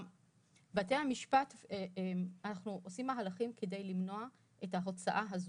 אנחנו עושים מהלכים כדי למנוע את ההוצאה הזו.